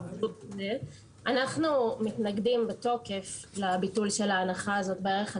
אנחנו מתנגדים בתוקף לביטול ההנחה של הערך הצבור.